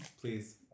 Please